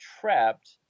trapped